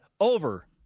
over